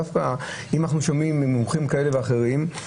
אם אנחנו מקשיבים למומחים כאלה ואחרים,